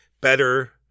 better